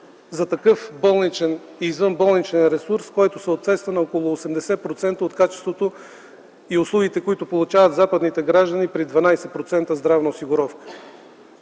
за такъв болничен и извънболничен ресурс, който съответства на около 80% от качеството и услугите, които получават западните граждани при 12% здравна осигуровка.